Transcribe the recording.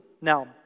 Now